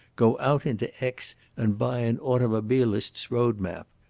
go out into aix and buy an automobilist's road-map?